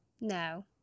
No